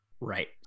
Right